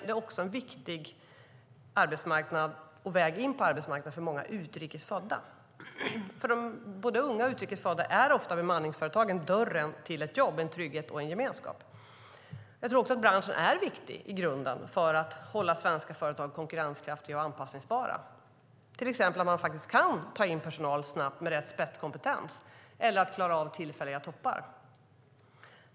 Det är också en viktig väg in på arbetsmarknaden för många utrikes födda. För både unga och utrikes födda är bemanningsföretagen dörren till ett jobb, en trygghet och en gemenskap. Branschen är viktig i grunden för att hålla svenska företag konkurrenskraftiga och anpassningsbara, till exempel genom att de kan ta in personal snabbt med rätt spetskompetens eller för att klara tillfälliga toppar.